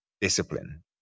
discipline